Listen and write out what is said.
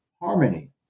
harmony